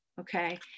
Okay